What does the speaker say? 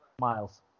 Miles